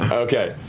okay,